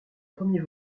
premier